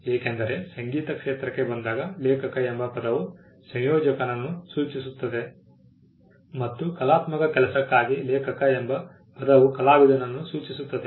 ಏಕೆಂದರೆ ಸಂಗೀತ ಕ್ಷೇತ್ರಕ್ಕೆ ಬಂದಾಗ ಲೇಖಕ ಎಂಬ ಪದವು ಸಂಯೋಜಕನನ್ನು ಸೂಚಿಸುತ್ತ ಮತ್ತು ಕಲಾತ್ಮಕ ಕೆಲಸಕ್ಕಾಗಿ ಲೇಖಕ ಎಂಬ ಪದವು ಕಲಾವಿದನನ್ನು ಸೂಚಿಸುತ್ತದೆ